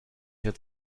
wird